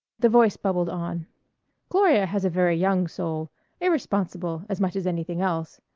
the voice bubbled on gloria has a very young soul irresponsible, as much as anything else.